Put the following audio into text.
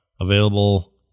Available